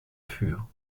fur